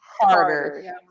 harder